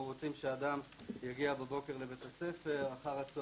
כולן הן בתהליך אחרון או שכבר קיבלו